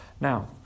Now